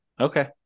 Okay